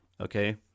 okay